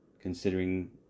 considering